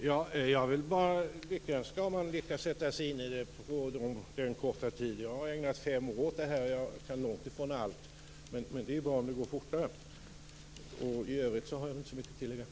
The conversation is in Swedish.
Fru talman! Det är bara att lyckönska den som lyckas sätta sig in i frågan under så kort tid. Själv har jag ägnat fem år åt detta och kan ändå långt ifrån allt men det är bra om det kan gå fortare. I övrigt har jag inte så mycket att tillägga.